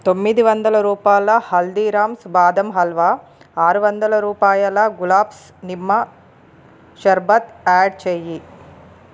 తొమ్మిది వందల రూపాయల హల్దీరామ్స్ బాదం హల్వా ఆరు వందల రూపాయల గులాబ్స్ నిమ్మ షర్బత్ యాడ్ చేయి